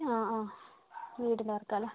ആ ആ വീടിൻ്റെ വർക്ക് ആണല്ലേ